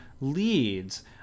leads